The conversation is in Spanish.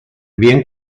bien